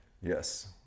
Yes